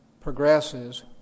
progresses